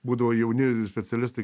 būdavo jauni specialistai